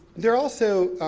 there also,